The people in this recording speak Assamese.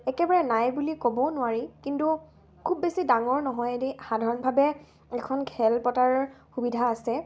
একেবাৰে নাই বুলি ক'বও নোৱাৰি কিন্তু খুব বেছি ডাঙৰ নহয় দেই সাধাৰণভাৱে এখন খেল পতাৰ সুবিধা আছে